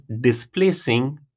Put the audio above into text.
displacing